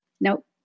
Nope